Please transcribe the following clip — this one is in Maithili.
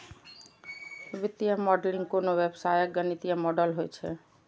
वित्तीय मॉडलिंग कोनो व्यवसायक गणितीय मॉडल होइ छै